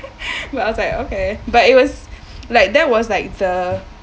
but I was like okay but it was like that was like the